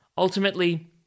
Ultimately